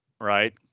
Right